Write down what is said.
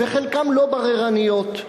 וחלקן לא בררניות,